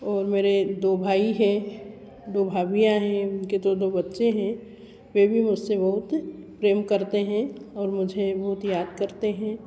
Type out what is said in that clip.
और मेरे दो भाई हैं दो भाभियाँ हैं उनके दो दो बच्चे हैं वे भी मुझसे बहुत प्रेम करते हैं और मुझे बहुत याद करते हैं